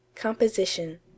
Composition